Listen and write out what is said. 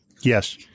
Yes